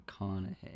McConaughey